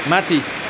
माथि